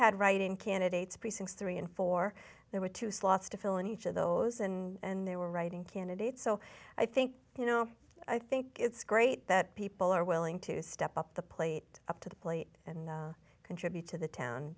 had write in candidates precincts three in four there were two slots to fill in each of those and they were writing candidates so i think you know i think it's great that people are willing to step up the plate up to the plate and contribute to the town